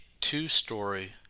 two-story